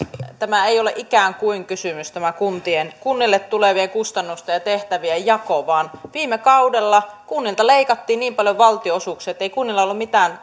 tämä ei ole ikään kuin kysymys tämä kunnille tulevien kustannusten ja tehtävien jako vaan viime kaudella kunnilta leikattiin niin paljon valtionosuuksia että ei kunnilla ollut